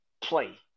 play